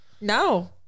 No